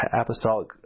apostolic